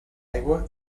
aigua